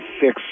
fix